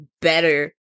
better